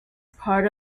part